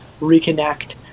reconnect